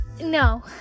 No